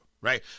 right